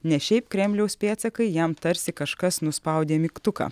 ne šiaip kremliaus pėdsakai jam tarsi kažkas nuspaudė mygtuką